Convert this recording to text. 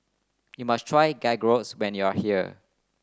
you must try Gyros when you are here